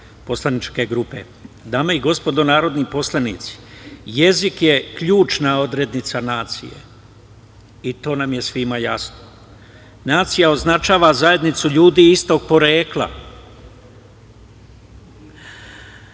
poslaničke grupe. Dame i gospodo narodni poslanici, jezik je ključna odrednica nacije i to nam je svima jasno. Nacija označava zajednicu ljudi istog porekla. Vuka